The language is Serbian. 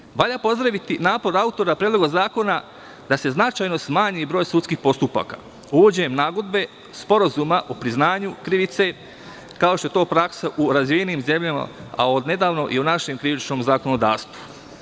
Konačno, valja pozdraviti napor autora Predloga zakona da se značajno smanji broj sudskih postupaka uvođenjem nagodbe, sporazuma o priznanju krivice, kao što je to praksa u razvijenim zemljama, a od nedavno i u našem krivičnom zakonodavstvu.